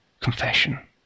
confession